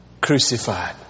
crucified